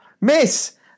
miss